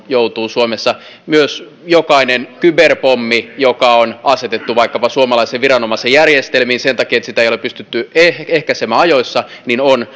joutuu suomessa myös jokainen kyberpommi joka on asetettu vaikkapa suomalaisen viranomaisen järjestelmiin sen takia ettei sitä ole pystytty ehkäisemään ajoissa on